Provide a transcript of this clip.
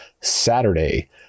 Saturday